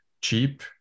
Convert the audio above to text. cheap